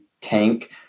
tank